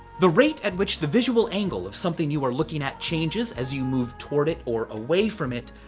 the rate at which the visual angle of something you are looking at changes as you move toward it, or away from it,